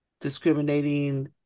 discriminating